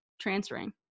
transferring